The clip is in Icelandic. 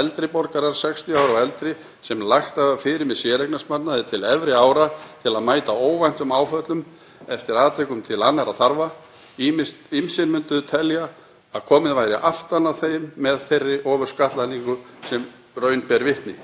eldri borgarar, 60 ára og eldri, sem lagt hafa fyrir með séreignarsparnaði til efri ára til að mæta óvæntum áföllum eða eftir atvikum til annarra þarfa. Ýmsir myndu telja að komið væri aftan að þeim með þeirri ofurskattlagningu sem raun ber vitni.